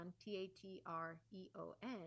T-A-T-R-E-O-N